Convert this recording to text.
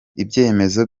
ibyemezo